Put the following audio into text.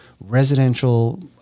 residential